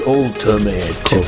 ultimate